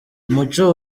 umuco